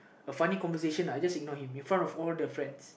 a funny conversation I just ignore him in front of all the friends